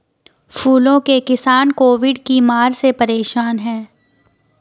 फूलों के किसान कोविड की मार से परेशान है